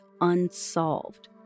unsolved